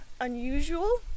unusual